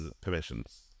Permissions